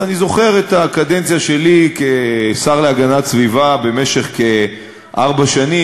אני זוכר את הקדנציה שלי כשר להגנת סביבה במשך כארבע שנים,